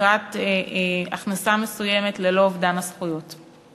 תקרת הכנסה מסוימת ללא אובדן הזכויות.